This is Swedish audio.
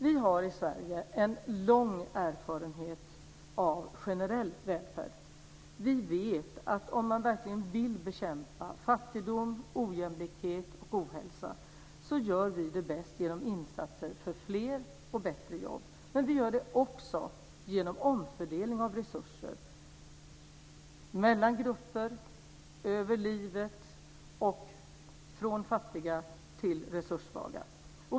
Vi har i Sverige en lång erfarenhet av generell välfärd. Vi vet att om man verkligen vill bekämpa fattigdom, ojämlikhet och ohälsa gör vi det bäst genom insatser för fler och bättre jobb, men vi gör det också genom omfördelning av resurser mellan grupper, över livet och från resursstarka till fattiga.